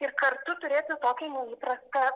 ir kartu turėti tokį neįprastą